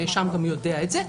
הנאשם גם יודע את זה,